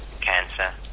cancer